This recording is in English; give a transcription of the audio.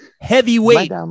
heavyweight